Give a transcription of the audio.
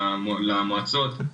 למועצות.